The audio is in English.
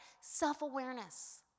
Self-awareness